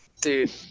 Dude